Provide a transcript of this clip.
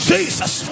Jesus